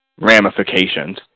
ramifications